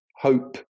hope